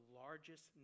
largest